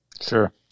Sure